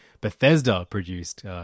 Bethesda-produced